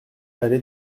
allée